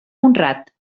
honrat